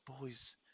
boys